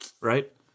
right